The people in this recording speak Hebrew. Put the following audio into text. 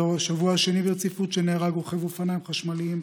זהו השבוע השני ברציפות שבו נהרג רוכב אופניים חשמליים,